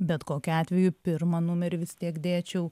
bet kokiu atveju pirmą numerį vis tiek dėčiau